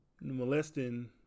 molesting